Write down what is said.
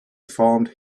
formed